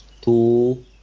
two